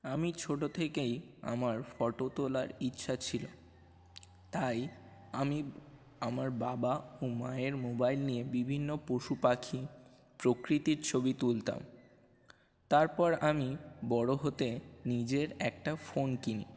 আমি ছোট থেকেই আমার ফটো তোলার ইচ্ছা ছিল তাই আমি আমার বাবা ও মায়ের মোবাইল নিয়ে বিভিন্ন পশু পাখি প্রকৃতির ছবি তুলতাম তারপর আমি বড় হতে নিজের একটা ফোন কিনি